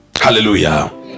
Hallelujah